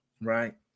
right